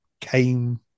came